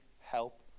help